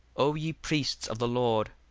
o ye priests of the lord,